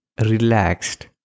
relaxed